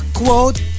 quote